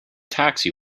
taxi